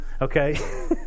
okay